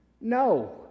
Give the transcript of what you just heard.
No